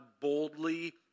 boldly